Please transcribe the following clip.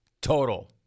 total